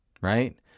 right